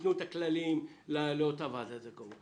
תנו את הכללים לאותה ועדת זכאות?